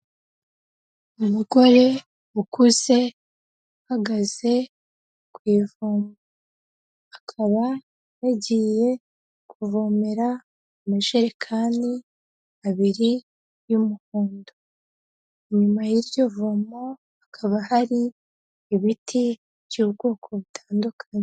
Umugore ukuze, ahagaze ku ivomo. Akaba yagiye kuvomera mu ijerekani abiri y'umuhondo, inyuma y'iryo vomo hakaba hari ibiti by'ubwoko butandukanye.